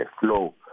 flow